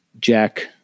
Jack